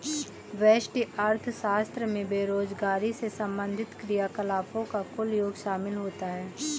व्यष्टि अर्थशास्त्र में बेरोजगारी से संबंधित क्रियाकलापों का कुल योग शामिल होता है